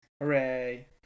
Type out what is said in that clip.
Hooray